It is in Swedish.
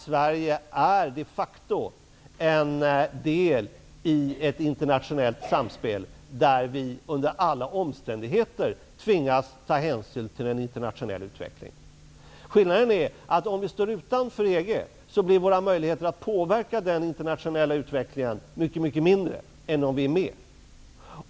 Sverige är de facto en del i ett internationellt samspel, där vi under alla omständigheter tvingas ta hänsyn till den internationella utvecklingen. Skillnaden är att om vi står utanför blir våra möjligheter att påverka den internationella utvecklingen mycket, mycket mindre än om vi är med.